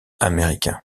américain